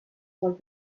molt